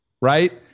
right